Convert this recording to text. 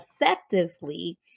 effectively